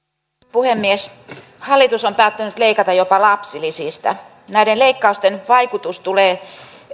puhemies hallitus on päättänyt leikata jopa lapsilisistä näiden leikkausten vaikutus tulee